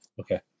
Okay